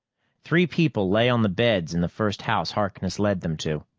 three people lay on the beds in the first house harkness led them to.